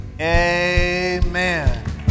Amen